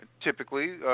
typically –